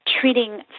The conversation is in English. treating